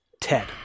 Ted